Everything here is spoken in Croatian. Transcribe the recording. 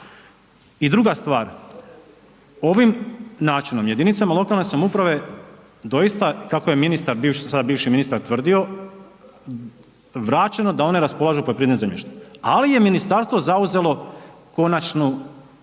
I druga stvar, ovim načinom jedinicama lokalne samouprave doista kako je sada bivši ministar tvrdio vraćeno da one raspolažu poljoprivrednim zemljištem, ali je ministarstvo zauzelo konačnu odluku.